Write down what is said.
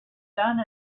done